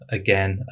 again